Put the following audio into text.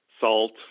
salt